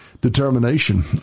determination